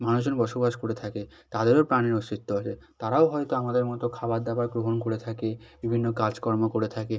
মানুষজন বসবাস করে থাকে তাদেরও প্রাণের অস্তিত্ব আছে তারাও হয়তো আমাদের মতো খাবার দাবার গ্রহণ করে থাকে বিভিন্ন কাজকর্ম করে থাকে